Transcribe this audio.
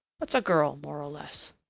what's a girl more or less?